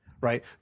right